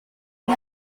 yng